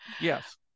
yes